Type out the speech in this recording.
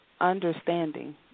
understanding